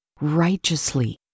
righteously